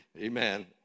Amen